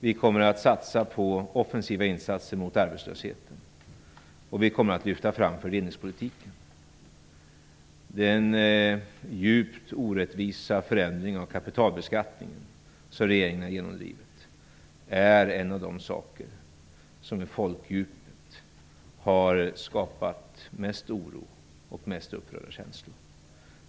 Vi kommer att satsa på offensiva insatser mot arbetslösheten, och vi kommer att lyfta fram fördelningspolitiken. Den djupt orättvisa förändring av kapitalbeskattningen som regeringen har genomdrivit är en av de saker som har skapat mest oro och flest upprörda känslor i folkdjupet.